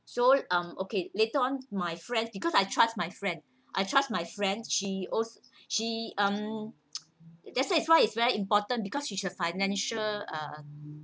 so um okay later on my friends because I trusts my friend I trusts my friend she al~ she um that's why it's very important because she is a financial um